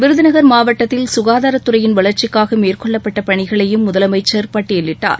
விருதுநகர் மாவட்டத்தில் சுகாதாரத் துறையின் வளர்ச்சிக்காக மேற்கொள்ளப்பட்ட பணிகளையும் முதலமைச்சர் பட்டியலிட்டார்